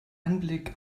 anblick